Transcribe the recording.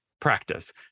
practice